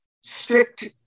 strict